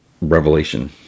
revelation